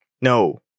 No